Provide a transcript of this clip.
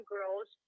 Girls